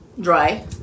Dry